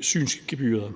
synsgebyret.